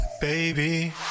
baby